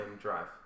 drive